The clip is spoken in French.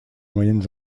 moyennes